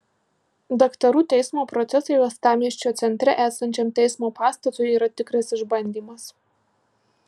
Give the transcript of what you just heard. daktarų teismo procesai uostamiesčio centre esančiam teismo pastatui yra tikras išbandymas